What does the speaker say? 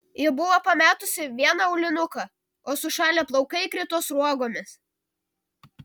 ji buvo pametusi vieną aulinuką o sušalę plaukai krito sruogomis